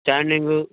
standing